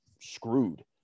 screwed